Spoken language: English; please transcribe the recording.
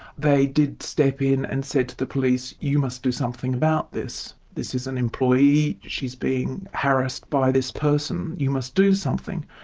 they did step in and said to the police you must do something about this, this is an employee, she's being harassed by this person, you must do something'.